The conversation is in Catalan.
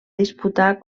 disputar